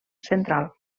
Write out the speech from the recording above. central